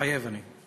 מתחייב אני.